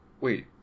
Wait